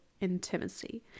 intimacy